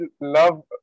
love